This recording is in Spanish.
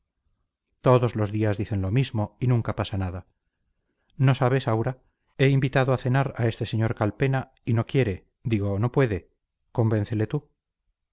todos los días dicen lo mismo y nunca pasa nada no sabes aura he invitado a cenar a este sr calpena y no quiere digo no puede convéncele tú